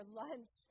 lunch